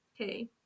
Okay